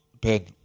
Ben